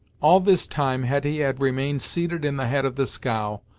all this time hetty had remained seated in the head of the scow,